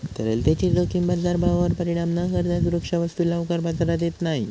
तरलतेची जोखीम बाजारभावावर परिणाम न करता सुरक्षा वस्तू लवकर बाजारात येत नाही